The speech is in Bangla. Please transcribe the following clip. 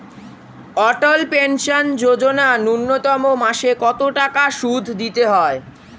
অটল পেনশন যোজনা ন্যূনতম মাসে কত টাকা সুধ দিতে হয়?